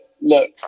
look